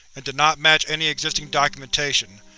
and did not match any existing documentation.